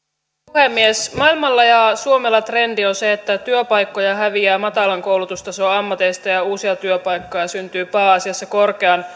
puhemies maailmalla ja suomella trendi on se että työpaikkoja häviää matalan koulutustason ammateista ja uusia työpaikkoja syntyy pääasiassa korkean